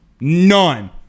None